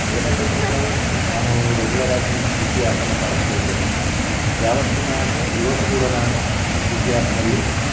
ಏನಾಯಿತೆಂದರೆ sir ನಾನು regular ಆಗಿ ಸ್ವಿಗ್ಗಿ ಆ್ಯಪನ್ನು ಬಳಸ್ತಾಯಿದ್ದೇನೆ ಯಾವತ್ತಿನ ಹಾಗೆ ಇವತ್ತು ಕೂಡ ನಾನು ಸ್ವಿಗ್ಗಿ ಆ್ಯಪ್ನಲ್ಲಿ